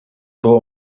było